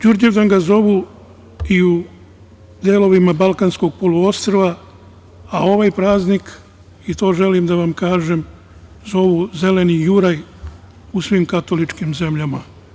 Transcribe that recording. Đurđevdan ga zovu i u delovima Balkanskog poluostrva, a ovaj praznik, i to želim da vam kažem, zovu "zeleni juraj" u svim katoličkim zemljama.